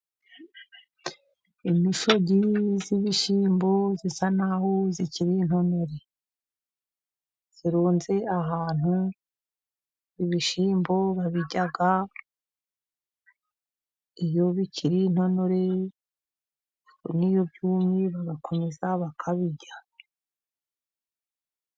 Imishogi y'ibishyimbo isa naho ikiri intonore zirunze ahantu, ibishyimbo babirya iyo bikiri intonore n'iyo byumye, bagakomeza bakabirya.